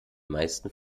meisten